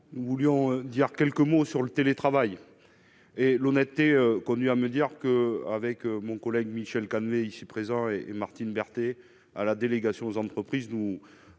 nous voulions dire quelques mots sur le télétravail et l'honnêteté connu à me dire que, avec mon collègue Michel Canevet, ici présents et Martine Berthet à la délégation aux entreprises, nous